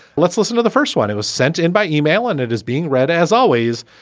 let's listen to the first one. it was sent in by yeah e-mail and it is being read, as always,